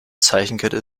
zeichenkette